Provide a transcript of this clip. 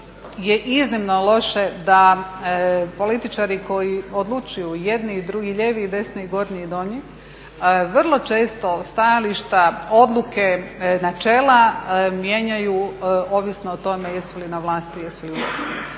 je iznimno loše da političari koji odlučuju i jedni i drugi, i lijevi i desni, i gornji i donji vrlo često stajališta, odluke, načela mijenjaju ovisno o tome jesu li na vlasti, jesu li u